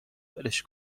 ولش